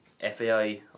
FAI